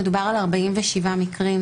מדובר על 47 מקרים,